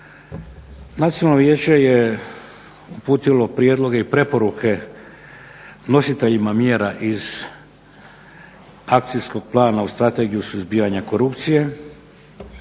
Nacionalno vijeće je uputilo prijedloge i preporuke nositeljima mjera iz Akcijskog plana uz Strategiju suzbijanja korupcije,